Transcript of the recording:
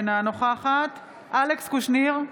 אינה נוכחת אלכס קושניר,